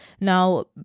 now